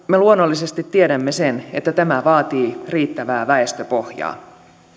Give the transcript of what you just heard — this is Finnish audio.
me luonnollisesti tiedämme sen että tämä vaatii riittävää väestöpohjaa